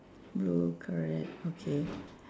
blue correct okay